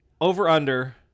over-under